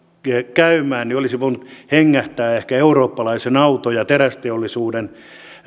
käymään jolloin olisin voinut hengähtää ehkä eurooppalaisen auto ja terästeollisuuden